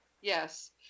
yes